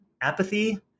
apathy